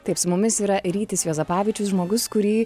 taip su mumis yra rytis juozapavičius žmogus kurį